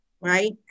Right